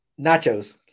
nachos